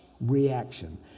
reaction